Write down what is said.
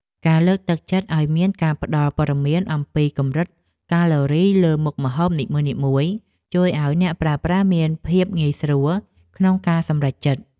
ការលើកទឹកចិត្តឲ្យមានការផ្តល់ព័ត៌មានអំពីកម្រិតកាឡូរីលើមុខម្ហូបនីមួយៗជួយឲ្យអ្នកប្រើប្រាស់មានភាពងាយស្រួលក្នុងការសម្រេចចិត្ត។